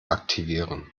aktivieren